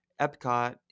Epcot